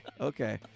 okay